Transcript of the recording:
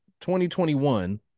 2021